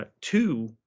Two